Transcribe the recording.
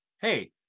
hey